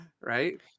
right